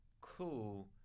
cool